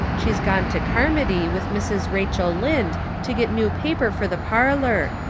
she's gone to carmody with mrs. rachel lynde to get new paper for the parlor.